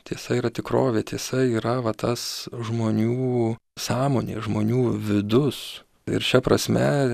tiesa yra tikrovė tiesa yra va tas žmonių sąmonė žmonių vidus ir šia prasme